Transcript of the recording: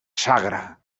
sagra